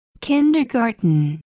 kindergarten